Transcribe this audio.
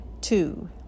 Two